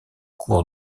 cour